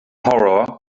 horror